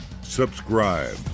subscribe